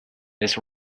this